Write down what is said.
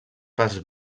parts